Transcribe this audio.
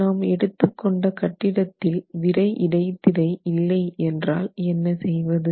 நாம் எடுத்து கொண்ட கட்டிடத்தில் விறை இடைத்திரை இல்லை என்றால் என்ன செய்வது